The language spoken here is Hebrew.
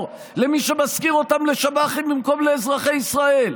למי שמשכיר אותן לשב"חים במקום לאזרחי ישראל.